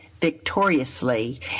victoriously